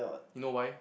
you know why